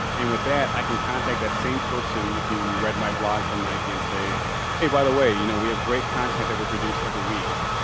and with that i can contact that same person who read my blog from nike and say hey, by the way, you know, we have great content that we produce every week.